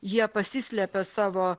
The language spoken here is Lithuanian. jie pasislėpė savo